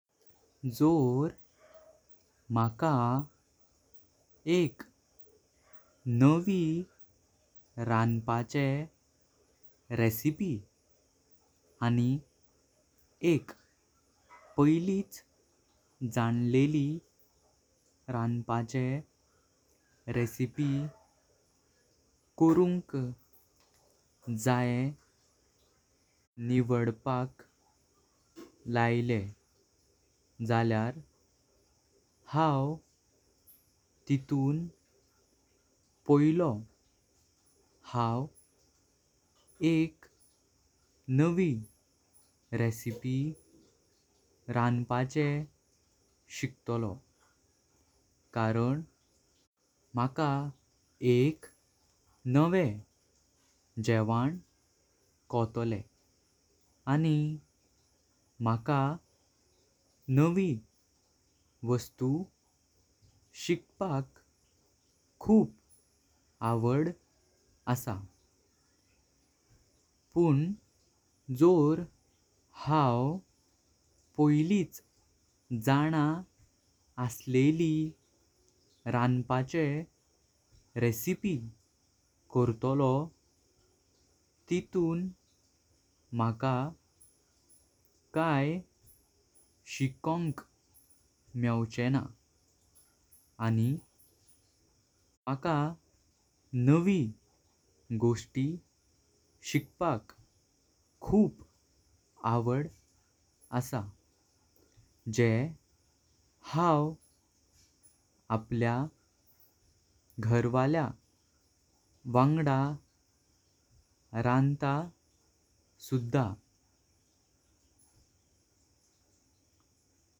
जोर मका एक नवी रानपाचे रेसिपी आनी एक पैलिचे जानलेली रानपाचे रेसिपी करुंक जाई। निवडपाक लायले झाल्यार हांव तितून पॉयलो हांव एक नवी रेसिपी रानपाचे शिकतलो। कारण मका एक नवें जेवण कोटोलें आनी मका नवी वस्तु शिकपाक खूप आवड असा। पण जोर हांव पायलिच जाण असलेली रानपाचे रेसिपी करतलो। तितून मका काई शिकंक मेवचेनां आनी नवे शिकण भुधिचो वाट पासून जाता। आनी मका नवी गोष्टी शिकपाक खूप आवड असा जे हांव आपल्या घरवाल्या वांगडा रांता सुधा।